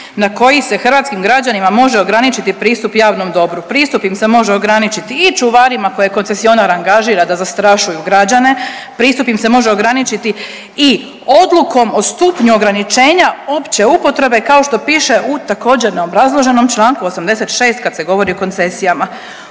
na koji se hrvatskim građanima može ograničiti pristup javnom dobru. Pristup im se može ograničiti i čuvarima koje koncesionar angažira da zastrašuju građane. Pristup im se može ograničiti i odlukom o stupnju ograničenja opće upotrebe kao što piše u također neobrazloženom Članku 86. kad se govori o koncesijama.